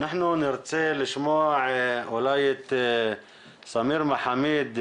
אנחנו נרצה לשמוע את סמיר מחמיד,